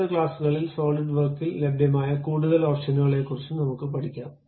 അടുത്ത ക്ലാസുകളിൽ സോളിഡ് വർക്ക്സിൽ ലഭ്യമായ കൂടുതൽ ഓപ്ഷനുകളെക്കുറിച്ച് നമുക്ക് പഠിക്കും